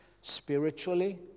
spiritually